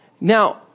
Now